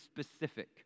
specific